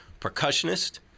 percussionist